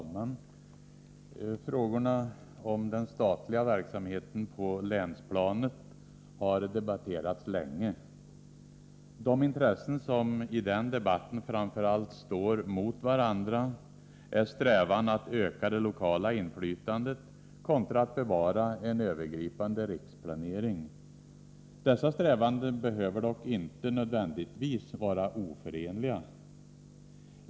Fru talman! Frågorna om den statliga verksamheten på länsplanet har debatterats länge. De intressen som i den debatten framför allt står mot varandra är strävan att öka det lokala inflytandet och strävan att bevara en övergripande riksplanering. Dessa strävanden behöver dock inte nödvändigtvis vara oförenliga.